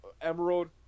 emerald